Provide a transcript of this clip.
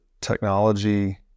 technology